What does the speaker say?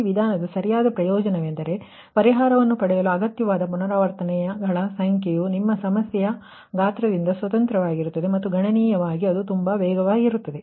ಈ ವಿಧಾನದ ಸರಿಯಾದ ಪ್ರಯೋಜನವೆಂದರೆ ಪರಿಹಾರವನ್ನು ಪಡೆಯಲು ಅಗತ್ಯವಾದ ಪುನರಾವರ್ತನೆಗಳ ಸಂಖ್ಯೆಯು ನಿಮ್ಮ ಸಮಸ್ಯೆಯ ಗಾತ್ರದಿಂದ ಸ್ವತಂತ್ರವಾಗಿರುತ್ತದೆ ಮತ್ತು ಕಂಪ್ಯೂಟೇಷನ್ ದೃಷ್ಟಿಯಿಂದ ಅದು ತುಂಬಾ ವೇಗವಾಗಿರುತ್ತದೆ